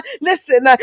Listen